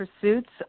pursuits